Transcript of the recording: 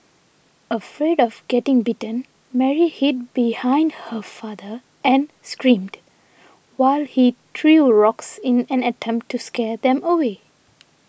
afraid of getting bitten Mary hid behind her father and screamed while he trail rocks in an attempt to scare them away